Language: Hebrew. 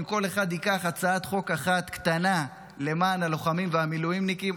אם כל אחד ייקח הצעת חוק אחת קטנה למען הלוחמים והמילואימניקים,